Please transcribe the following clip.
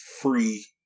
free